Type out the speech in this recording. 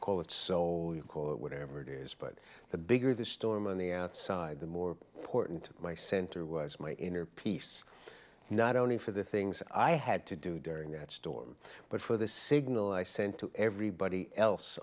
call it soul call it whatever it is but the bigger the storm on the outside the more important my center was my inner peace not only for the things i had to do during that storm but for the signal i sent to everybody else